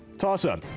toss-up.